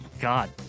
God